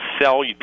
sell